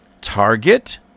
Target